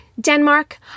Denmark